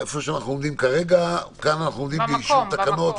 אנחנו כאן עומדים לאשר תקנות,